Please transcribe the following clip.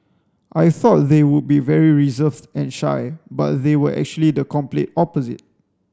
I thought they would be very reserved and shy but they were actually the complete opposite